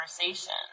conversation